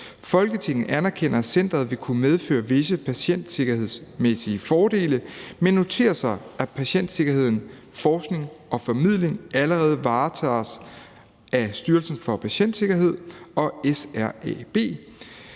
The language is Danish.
Folketinget anerkender, at centeret vil kunne medføre visse patientsikkerhedsmæssige fordele, men noterer sig, at patientsikkerhed, forskning og formidling allerede varetages af Styrelsen for Patientsikkerhed og SRAB.